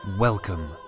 Welcome